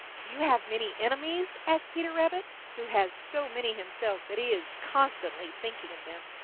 do you have many enemies? asked peter rabbit, who has so many himself that he is constantly thinking of them.